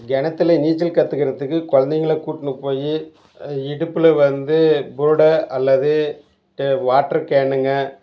கிணத்துல நீச்சல் கத்துக்கிறதுக்கு கொழந்தைங்கள கூட்டுனு போய் இடுப்பில் வந்து கூடை அல்லது ட வாட்ரு கேனுங்க